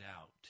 out